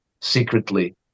secretly